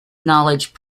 knowledge